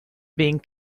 being